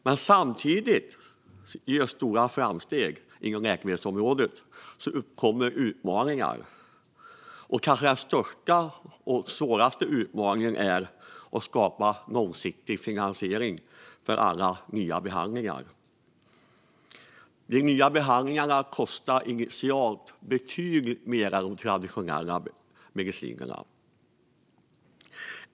Men samtidigt som stora framsteg görs inom läkemedelsområdet uppkommer det utmaningar. Den kanske största och svåraste utmaningen är att skapa långsiktig finansiering av alla nya behandlingar. De nya behandlingarna kostar initialt betydligt mer än traditionella läkemedel.